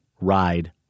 ride